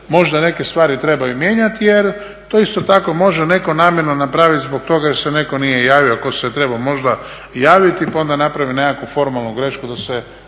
možda neke stvari trebaju mijenjati jer to isto tako može netko namjerno napraviti zbog toga jer se netko nije javio ako se trebao možda javiti, pa onda napravi nekakvu formalnu grešku da se